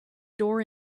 door